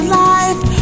life